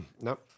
No